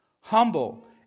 Humble